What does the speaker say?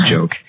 joke